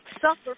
suffer